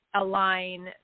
align